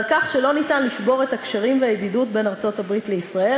על כך שלא ניתן לשבור את הקשרים והידידות בין ארצות-הברית לישראל